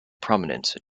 prominence